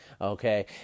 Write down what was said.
okay